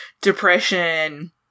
depression